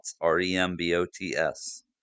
R-E-M-B-O-T-S